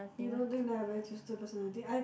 you don't think that I have a very twisted personality I